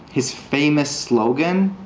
his famous slogan